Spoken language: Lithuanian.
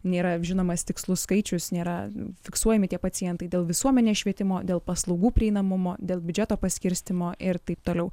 nėra žinomas tikslus skaičius nėra fiksuojami tie pacientai dėl visuomenės švietimo dėl paslaugų prieinamumo dėl biudžeto paskirstymo ir taip toliau